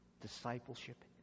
discipleship